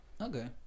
Okay